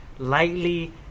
Lightly